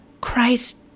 christ